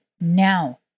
now